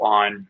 on